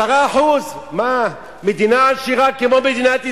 10%. 10%. מה, מדינה עשירה כמו מדינת ישראל,